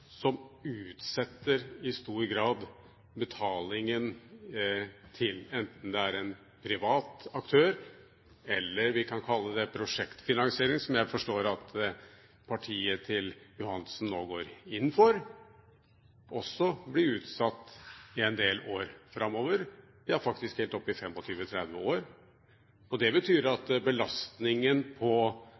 grad utsetter betalingen – enten det er til en privat aktør eller prosjektfinansiering, som jeg forstår at partiet til Johansen nå går inn for – i en del år framover, ja faktisk helt opp i 25–30 år. Det betyr at belastningen på